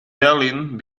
berlin